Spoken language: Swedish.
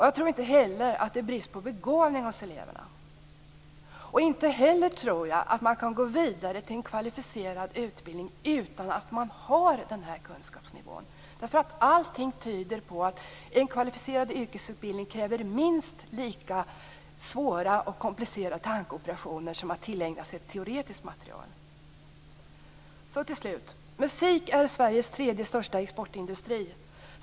Jag tror inte heller att det råder brist på begåvning hos eleverna. Inte heller tror jag att man kan gå vidare till en kvalificerad utbildning utan att ha en viss kunskapsnivå. Allting tyder nämligen på att en kvalificerad yrkesutbildning kräver minst lika svåra och komplicerade tankeoperationer som när man tillägnar sig ett teoretiskt material. Till slut vill jag tala om musik, som är Sveriges tredje största exportindustri.